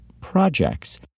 projects